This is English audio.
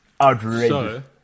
outrageous